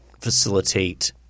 facilitate